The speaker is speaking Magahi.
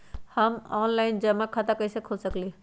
हम ऑनलाइन जमा खाता कईसे खोल सकली ह?